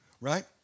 right